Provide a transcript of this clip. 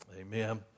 Amen